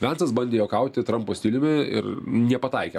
vensas bandė juokauti trampo stiliumi ir nepataikė